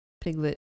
Piglet